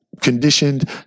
conditioned